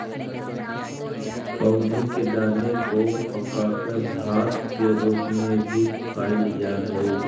पौधों के दाने को पकाकर भात के रूप में भी खाईल जा हई